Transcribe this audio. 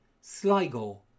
Sligo